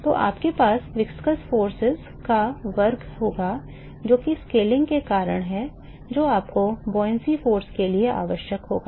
तो आपके पास viscous forces का वर्ग होगा जो कि स्केलिंग के कारण है जो आपको buoyancy force के लिए आवश्यक होगा